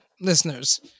listeners